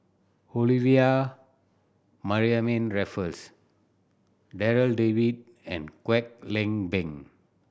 Olivia Mariamne Raffles Darryl David and Kwek Leng Beng